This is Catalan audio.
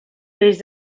peix